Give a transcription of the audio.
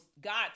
God